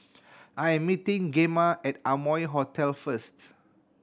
I'm meeting Gemma at Amoy Hotel first